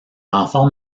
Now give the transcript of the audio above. renforts